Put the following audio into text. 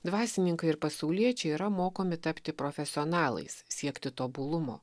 dvasininkai ir pasauliečiai yra mokomi tapti profesionalais siekti tobulumo